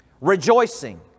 Rejoicing